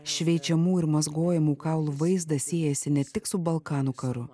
šveičiamų ir mazgojamų kaulų vaizdas siejasi ne tik su balkanų karu